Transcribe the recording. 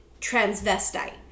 transvestite